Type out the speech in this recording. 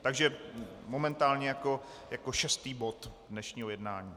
Takže momentálně jako šestý bod dnešního jednání.